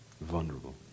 vulnerable